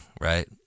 right